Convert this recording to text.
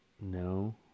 No